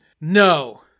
no